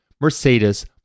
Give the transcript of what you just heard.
Mercedes